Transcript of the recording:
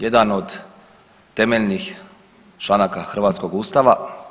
Jedan od temeljnih članaka hrvatskog Ustava.